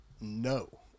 No